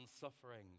suffering